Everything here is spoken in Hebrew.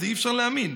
זה אי-אפשר להאמין: